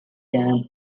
camp